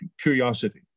curiosity